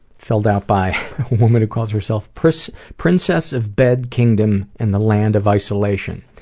filled out by a woman who calls herself princess princess of bed kingdom in the land of isolation.